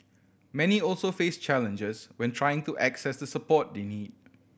many also face challenges when trying to access the support they need